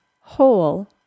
whole